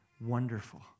wonderful